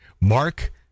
Mark